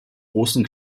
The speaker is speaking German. großen